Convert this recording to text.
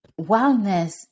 wellness